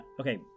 okay